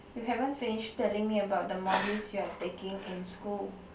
you haven't finish telling me about the modules you are taking in school